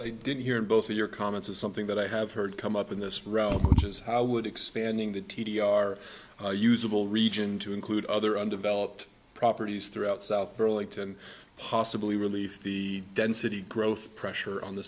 i did hear in both of your comments of something that i have heard come up in this realm which is how i would expanding the t d r usable region to include other undeveloped properties throughout south burlington possibly relief the density growth pressure on the